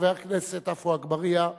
חבר הכנסת עפו אגבאריה.